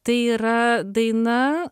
tai yra daina